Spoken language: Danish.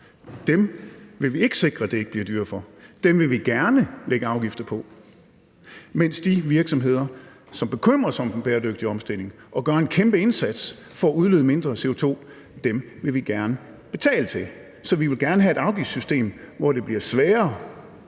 CO2, vil vi ikke sikre at det ikke bliver dyrere for. Dem vil vi gerne lægge afgifter på. Men de virksomheder, som bekymrer sig om den bæredygtige omstilling og gør en kæmpe indsats for at udlede mindre CO2, vil vi gerne betale til. Så vi vil gerne have et afgiftssystem, hvor det bliver sværere